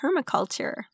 permaculture